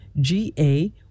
GA